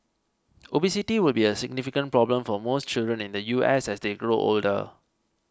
obesity will be a significant problem for most children in the U S as they grow older